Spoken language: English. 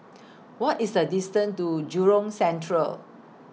What IS The distance to Jurong Central